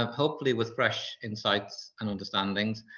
um hopefully with fresh insights and understandings,